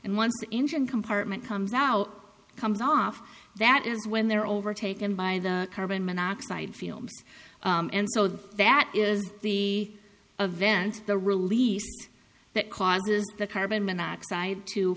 and once the engine compartment comes out comes off that is when they're overtaken by the carbon monoxide fields and so that is the a vent the release that causes the carbon monoxide to